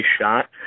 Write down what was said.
shot